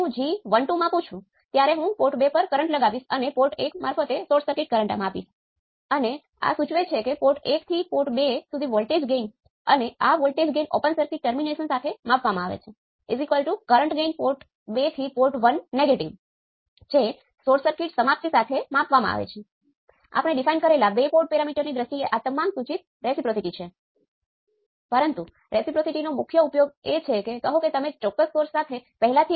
હવે જ્યાં સુધી આદર્શ ઓપ એમ્પ સર્કિટ શું છે તેના આધારે આપણે કેટલાક સમીકરણ લખી શકતા નથી